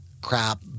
crap